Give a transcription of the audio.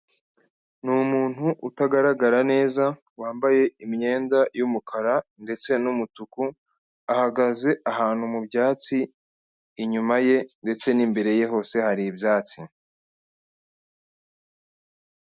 Ni umuntu utagaragara neza wambaye imyenda y'umukara ndetse n'umutuku, ahagaze ahantu mu byatsi. Inyuma ye ndetse n'imbere ye hose hari ibyatsi.